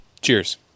Cheers